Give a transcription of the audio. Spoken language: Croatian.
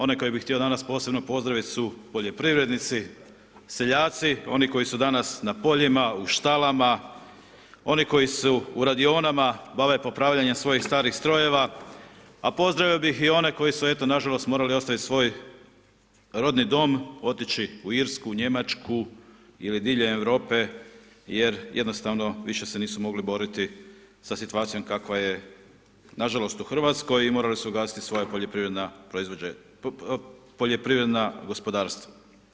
One koje bih htio danas posebno pozdraviti su poljoprivrednici, seljaci, oni koji su danas na poljima, u štalama, oni koji se u radionama bave popravljanjem svojih starih strojeva a pozdravio bih i one koji su eto nažalost morali ostaviti svoj rodni dom, otići u Irsku, u Njemačku ili diljem Europe jer jednostavno više se nisu mogli boriti sa situacijom kakva je nažalost u Hrvatskoj i morali su ugasiti svoja poljoprivredna gospodarstva.